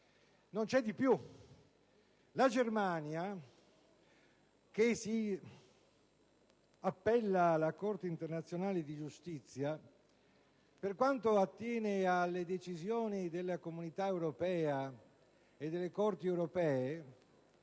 Ma c'è di più: la Germania, che si appella alla Corte internazionale di giustizia, per quanto attiene alle decisioni della Comunità europea e delle Corti europee,